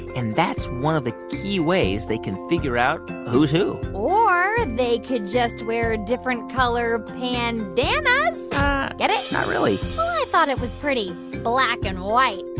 and that's one of the key ways they can figure out who's who or they could just wear different color pandannas. get it? not really well, i thought it was pretty black and white.